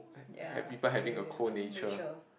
ya through nature